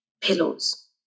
Pillows